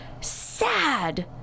sad